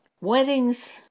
Weddings